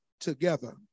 together